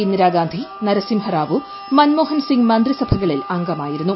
ഇന്ദിരാ ഗാന്ധി നരസിംഹ റാവു മൻമോഹൻ സിങ് മന്ത്രിസഭകളിൽ അംഗമായിരുന്നു